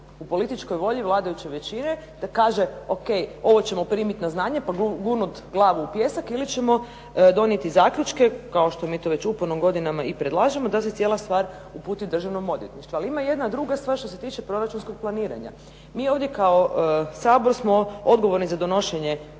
u političkoj volji vladajuće većine da kaže o.k. Ovo ćemo primiti na znanje, pa gurnut glavu u pijesak ili ćemo donijeti zaključke kao što mi to već uporno godinama i predlažemo da se cijela stvar uputi Državnom odvjetništvu. Ali ima jedna druga stvar što se tiče proračunskog planiranja. Mi ovdje kao Sabor smo odgovorni za donošenje